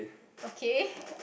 okay